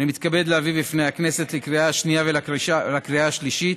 אני מתכבד להביא בפני הכנסת לקריאה שנייה ולקריאה שלישית